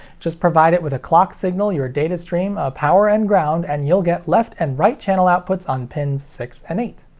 just provide it with a clock signal, your data stream, a power and ground, and you'll get left and right channel outputs on pins six and eight.